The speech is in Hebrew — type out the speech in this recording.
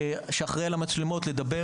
שאחראי על המצלמות לדבר,